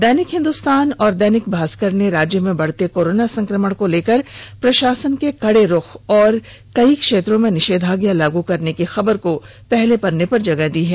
दैनिक हिंदुस्तान और दैनिक भास्कर ने राज्य में बढ़ते कोरोना संक्रमण को लेकर प्रषासन के कड़े रूख और कई क्षेत्रों में निषेधाज्ञा लागू करने की खबर को पहले पन्ने पर जगह दी गई है